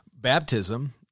baptism